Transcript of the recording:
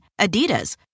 Adidas